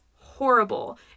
horrible